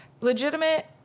legitimate